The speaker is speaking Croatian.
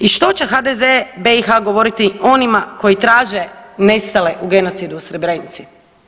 I što će HDZ BiH govoriti onima koji traže nestale u genocidu u Srebrenici?